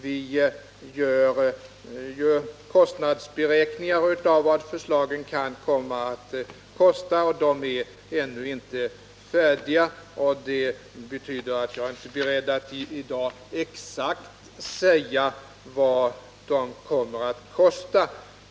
Vi gör ju beräkningar av vad förslagen kan komma att kosta, och de är ännu inte färdiga. Det betyder att jag inte är beredd att i dag exakt säga vad ett genomförande av förslagen kostar.